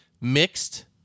mixed